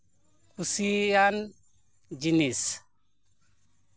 ᱠᱩᱥᱤᱭᱟᱱ ᱡᱤᱱᱤᱥ